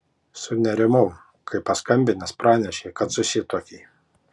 sunerimau kai paskambinęs pranešei kad susituokei